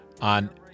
On